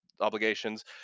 obligations